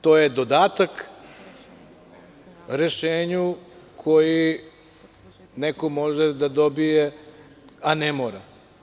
To je dodatak rešenju koji neko može da dobije, a ne mora.